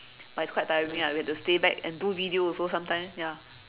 but it's quite tiring lah we had to stay back and do videos also sometime ya